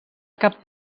cap